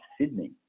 Sydney